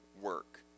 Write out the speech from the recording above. work